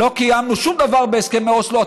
לא קיימנו שום דבר בהסכמי אוסלו,